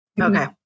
Okay